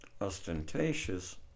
ostentatious